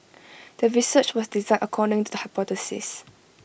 the research was designed according to the hypothesis